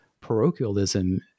parochialism